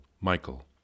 Michael